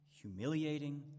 humiliating